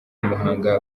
muhanga